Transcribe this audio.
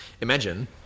Imagine